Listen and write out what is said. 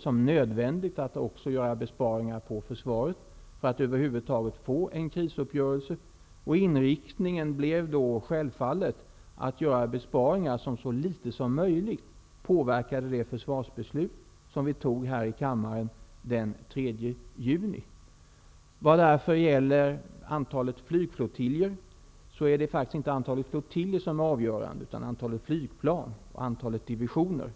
som nödvändigt att göra besparingar också inom försvaret för att vi över huvud taget skulle få en krisuppgörelse. Inriktningen blev då självfallet att göra besparingar som så litet som möjligt påverkar det försvarsbeslut som vi fattade här i kammaren den 3 juni. Vad gäller flyget är det därför inte antalet flygflottiljer som är avgörande utan antalet flygplan och antalet divisioner.